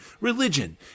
religion